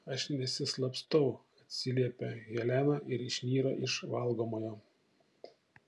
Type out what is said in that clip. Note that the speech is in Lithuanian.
aš nesislapstau atsiliepia helena ir išnyra iš valgomojo